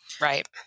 right